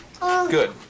Good